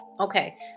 Okay